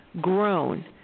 grown